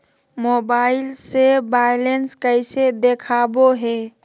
Mobile से balance कैसे देखाबो है?